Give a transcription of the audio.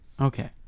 Okay